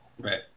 right